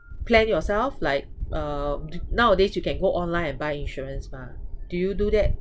plan yourself like uh nowadays you can go online and buy insurance mah do you do that